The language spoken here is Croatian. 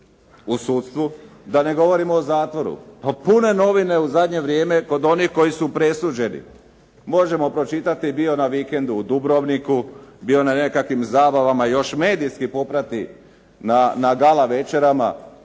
u sudstvu da ne govorimo o zatvoru. Pa pune novine, u zadnje vrijeme kod onih koji su presuđeni. Možemo pročitati, bio na vikendu u Dubrovniku, bio na nekakvim zabavama još medijski poprati na gala večerama,